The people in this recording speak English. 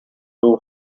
two